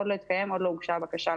לא התקיים או לא הוגשה בקשה,